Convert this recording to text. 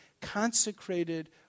consecrated